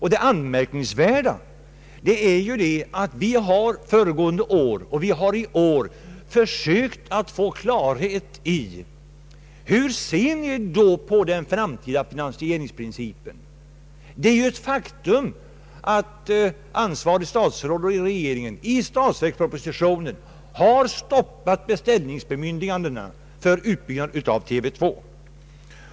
Det anmärkningsvärda är att vi förra året liksom i år har försökt få klarhet i hur regeringen ser på den framtida finansieringen — det är ju ett faktum att det ansvariga statsrådet och regeringen i statsverkspropositionen har stoppat beställningsbemyndigandena för utbyggandet av TV 2.